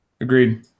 Agreed